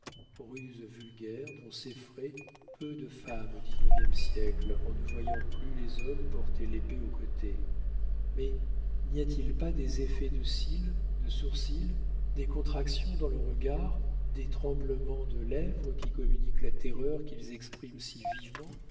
ruse vulgaire dont s'effraient peu de femmes au dix-neuvième siècle en ne voyant plus les hommes porter l'épée au côté mais n'y a-t-il pas des effets de cils de sourcils des contractions dans le regard des tremblements de lèvres qui communiquent la terreur qu'ils expriment si vivement